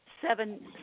Seven